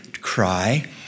cry